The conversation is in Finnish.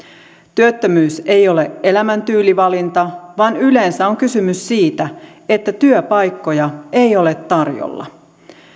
työttömyys ei ole elämäntyylivalinta vaan yleensä on kysymys siitä että työpaikkoja ei ole tarjolla